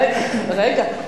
רגע.